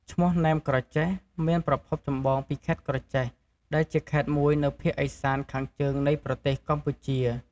ឈ្មោះ “ណែមក្រចេះ” មានប្រភពចម្បងពីខេត្តក្រចេះ ដែលជាខេត្តមួយនៅភាគឦសានខាងជើងនៃប្រទេសកម្ពុជា។